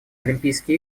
олимпийские